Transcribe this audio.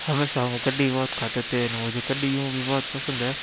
हमेशा वो कड्डी बहुत खाते थे एंड मुझे कड्डी यू भी बहुत पसंद है